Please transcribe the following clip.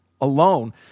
alone